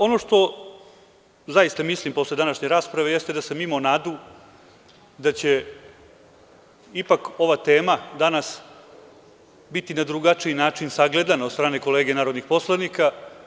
Ono što zaista mislim posle današnje rasprave jeste da sam imao nadu da će ipak ova tema danas biti na drugačiji način sagledana od strane kolega narodnih poslanika.